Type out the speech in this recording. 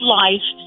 life